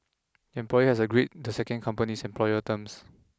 employee has to agreed the second company's employment terms